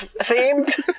themed